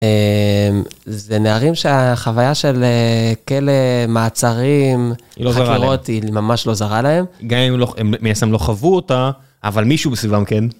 זה נערים שהחוויה של כלא, מעצרים, חקירות, היא ממש לא זרה להם. גם אם הם בעצם לא חוו אותה, אבל מישהו מסביבם כן.